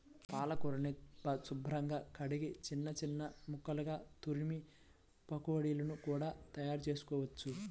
పాలకూరని శుభ్రంగా కడిగి చిన్న చిన్న ముక్కలుగా తురిమి పకోడీలను కూడా తయారుచేసుకోవచ్చు